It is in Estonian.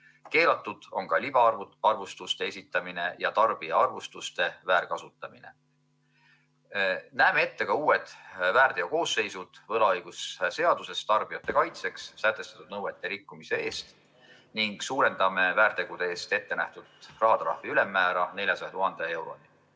Keelatud on ka libaarvustuste esitamine ja tarbija arvustuste väärkasutamine. Näeme ette ka uued väärteokoosseisud võlaõigusseaduses tarbijate kaitseks sätestatud nõuete rikkumise eest ning suurendame väärtegude eest ettenähtud rahatrahvi ülemmäära 400 000 euroni.